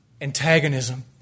Antagonism